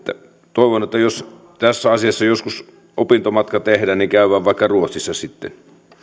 toivon että jos tässä asiassa joskus opintomatka tehdään niin käydään vaikka ruotsissa sitten